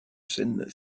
scènes